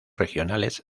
regionales